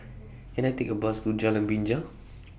Can I Take A Bus to Jalan Binja